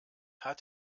hat